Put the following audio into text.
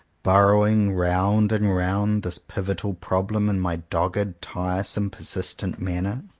burrowing round and round this pivotal problem, in my dogged, tiresome, persist ent manner,